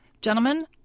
gentlemen